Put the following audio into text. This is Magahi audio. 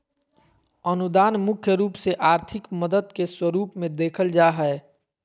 अनुदान मुख्य रूप से आर्थिक मदद के स्वरूप मे देखल जा हय